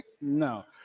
No